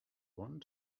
one